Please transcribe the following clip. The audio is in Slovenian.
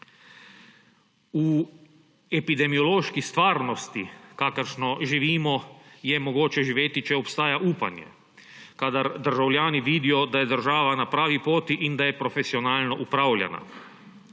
V epidemiološki stvarnosti, kakršno živimo, je mogoče živeti, če obstaja upanje, kadar državljani vidijo, da je država na pravi poti in da je profesionalno upravljana.